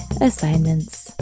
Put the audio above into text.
Assignments